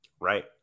Right